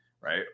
right